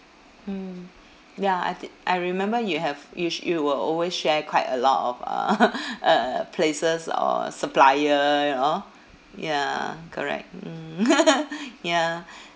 mm ya I did I remember you have you sh~ you will always share quite a lot of uh uh places or supplier you know ya correct mm ya